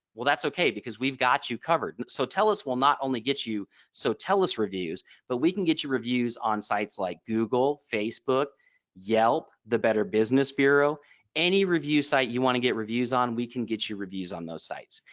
well that's ok because we've got you covered. sotellus we'll not only get you sotellus reviews but we can get your reviews on sites like google facebook yelp. the better business bureau any review site you want to get reviews on we can get your reviews on those sites.